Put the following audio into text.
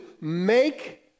make